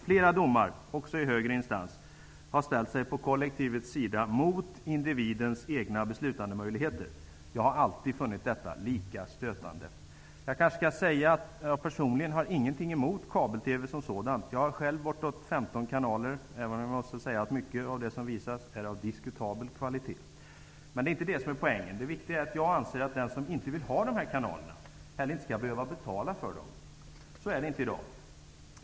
Flera domar, också i högre instans, har ställt sig på kollektivets sida mot individens egna beslutandemöjligheter. Jag har alltid funnit detta lika stötande. Jag kanske skall säga att jag personligen inte har någonting emot kabel-TV som sådan -- jag har själv bortåt 15 kanaler -- även om jag måste säga att mycket av det som visas är av diskutabel kvalitet. Men det är inte det som är poängen. Det viktiga är att jag anser att den som inte vill ha de här kanalerna inte heller skall behöva betala för dem. Så är det inte i dag.